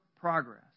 progress